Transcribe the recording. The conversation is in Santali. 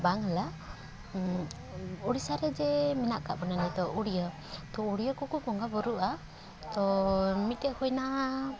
ᱵᱟᱝᱞᱟ ᱩᱲᱤᱥᱥᱟ ᱨᱮ ᱡᱮ ᱢᱮᱱᱟᱜ ᱠᱟᱫ ᱵᱚᱱᱟ ᱩᱲᱭᱟᱹ ᱛᱚ ᱩᱲᱭᱟᱹ ᱠᱚᱠᱚ ᱵᱚᱸᱜᱟ ᱵᱩᱨᱩᱜᱼᱟ ᱛᱚ ᱢᱤᱫᱴᱮᱱ ᱦᱩᱭᱱᱟ